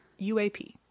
UAP